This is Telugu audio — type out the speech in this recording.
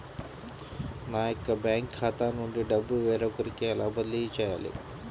నా యొక్క బ్యాంకు ఖాతా నుండి డబ్బు వేరొకరికి ఎలా బదిలీ చేయాలి?